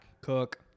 Cook